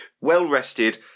well-rested